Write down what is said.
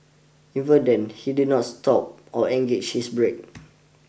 even then he did not stop or engaged his brake